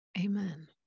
Amen